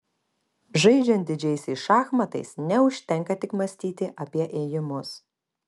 žaidžiant didžiaisiais šachmatais neužtenka tik mąstyti apie ėjimus